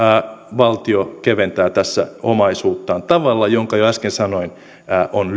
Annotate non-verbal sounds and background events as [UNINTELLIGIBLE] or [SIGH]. valtio keventää tässä omaisuuttaan tavalla joka kuten jo äsken sanoin on [UNINTELLIGIBLE]